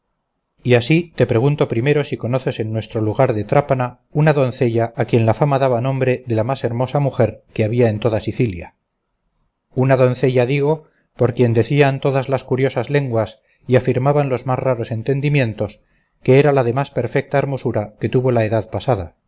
y así te pregunto primero si conoces en nuestro lugar de trápana una doncella a quien la fama daba nombre de la más hermosa mujer que había en toda sicilia una doncella digo por quien decían todas las curiosas lenguas y afirmaban los más raros entendimientos que era la de más perfecta hermosura que tuvo la edad pasada